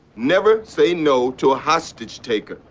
never say no to a hostage taker.